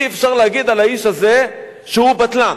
אי-אפשר להגיד על האיש הזה שהוא בטלן.